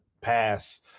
pass